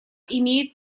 имеет